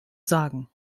sagen